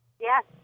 Yes